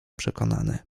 przekonany